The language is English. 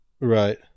Right